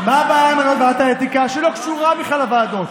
מה הבעיה עם ועדת האתיקה, שלא קשורה בכלל לוועדות?